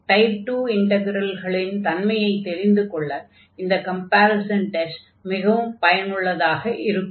type 2 இன்டக்ரல்களின் தன்மையைத் தெரிந்து கொள்ள இந்த கம்பேரிஸன் டெஸ்ட் மிகவும் பயனுள்ளதாக இருக்கும்